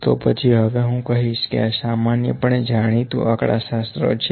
તો પછી હવે હું કહીશ કે આં સામાન્યપણે જાણીતું આંકડાશાસ્ત્ર છે